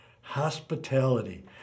Hospitality